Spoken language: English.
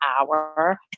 hour